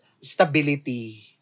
stability